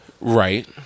Right